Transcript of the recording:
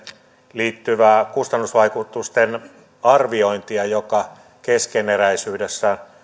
liittyvää kustannusvaikutusten arviointia joka keskeneräisyydessään